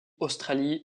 australie